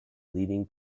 leading